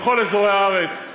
בכל אזורי הארץ,